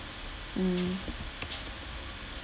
mm